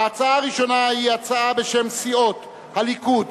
ההצעה הראשונה היא הצעה בשם סיעות הליכוד,